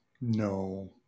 No